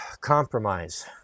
compromise